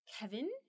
Kevin